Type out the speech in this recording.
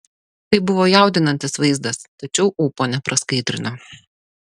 tai buvo jaudinantis vaizdas tačiau ūpo nepraskaidrino